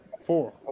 Four